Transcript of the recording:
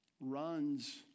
runs